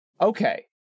Okay